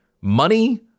money